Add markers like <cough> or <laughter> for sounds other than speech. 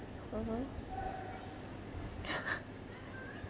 (uh huh) <laughs>